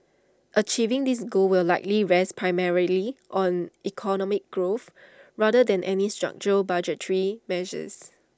achieving this goal will likely rest primarily on economic growth rather than any structural budgetary measures